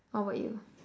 how about you